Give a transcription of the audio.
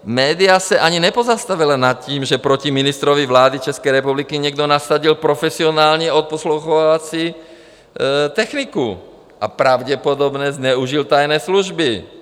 Média se ani nepozastavila nad tím, že proti ministrovi vlády České republiky někdo nasadil profesionální odposlouchávací techniku, a pravděpodobně zneužil tajné služby.